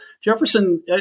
Jefferson